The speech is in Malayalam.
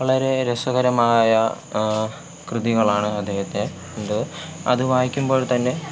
വളരെ രസകരമായ കൃതികളാണ് അദ്ദേഹത്തിൻറ്റേത് അത് വായിക്കുമ്പോൾത്തന്നെ